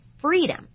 freedom